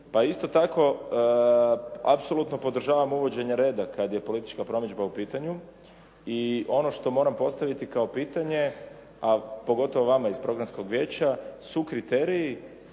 Pa isto tako, apsolutno podržavam uvođenje reda kad je politička promidžba u pitanju i ono što moram postaviti kao pitanje, a pogotovo vam iz programskog vijeća su kriteriji,